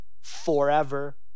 forever